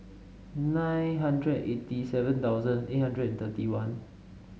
nine hundred eighty seven thousand eight hundred and thirty one